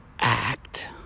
act